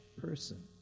person